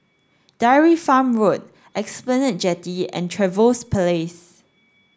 Dairy Farm Road Esplanade Jetty and Trevose Place